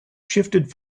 shifted